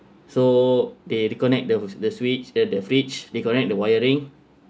so they reconnect the the switch the the fridge they connect the wiring